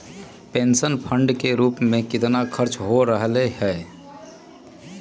Pension fund के रूप में कितना खर्च हो रहले है?